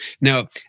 Now